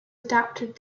adapted